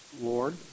Lord